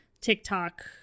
TikTok